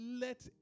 let